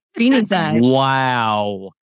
Wow